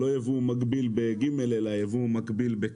זה לא יבוא מקביל אלא יבוא מגביל.